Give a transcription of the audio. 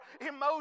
emotions